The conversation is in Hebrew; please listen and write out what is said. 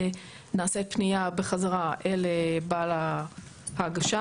נעשית פנייה בחזרה אל בעל ההגשה,